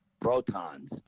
protons